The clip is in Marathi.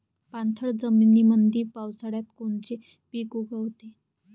पाणथळ जमीनीमंदी पावसाळ्यात कोनचे पिक उगवते?